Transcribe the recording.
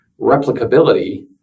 replicability